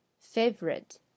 favorite